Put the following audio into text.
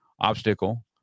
obstacle